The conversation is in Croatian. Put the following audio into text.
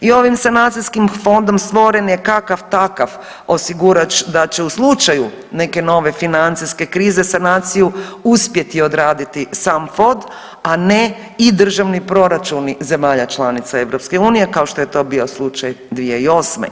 I ovim sanacijskim fondom stvoren je kakav-takav osigurač da će u slučaju neke nove financijske krize sanaciju uspjeti odraditi sam fond, a ne i državni proračuni zemalja članica EU, kao što je to bio slučaj 2008.